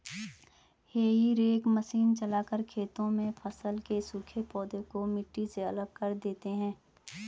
हेई rake machine चलाकर खेतों में फसल के सूखे पौधे को मिट्टी से अलग कर देते हैं